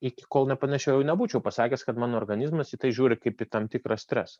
iki kol nepanešiojau nebūčiau pasakęs kad mano organizmas į tai žiūri kaip į tam tikrą stresą